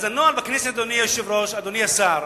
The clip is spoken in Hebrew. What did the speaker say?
אז הנוהל בכנסת, אדוני היושב-ראש, אדוני השר,